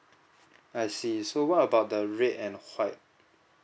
I see so what about the red and white